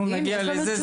אנחנו נגיע לזה.